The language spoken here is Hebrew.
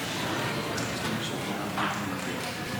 כבוד היושב-ראש, חבריי חברי הכנסת,